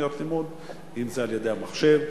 אם על-ידי המחשב,